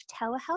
telehealth